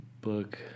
book